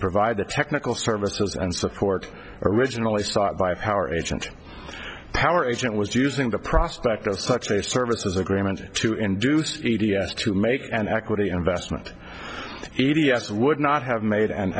provide the technical services and support originally sought by power agency power agent was using the prospect of such a service as agreement to induce e t s to make an equity investment e d s would not have made an